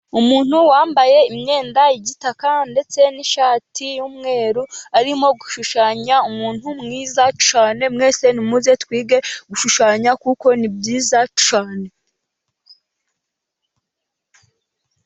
Umuntu wambaye imyenda y'igitaka ndetse n'ishati y'umweru, arimo gushushanya umuntu mwiza cyane, mwese nimuze twige gushushanya kuko ni byiza cyane.